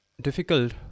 difficult